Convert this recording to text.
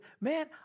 man